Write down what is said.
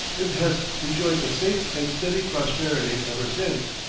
it has enjoyed a safe and steady prosperity ever since,